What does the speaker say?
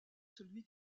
celui